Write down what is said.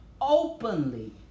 openly